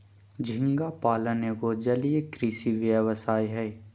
झींगा पालन एगो जलीय कृषि व्यवसाय हय